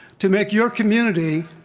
to make your community,